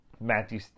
Matthew